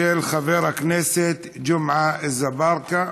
מס' 8698, של חבר הכנסת ג'מעה אזברגה.